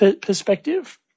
perspective